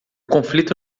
conflito